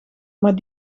maar